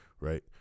Right